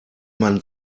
man